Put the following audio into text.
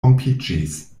rompiĝis